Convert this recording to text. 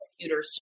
computers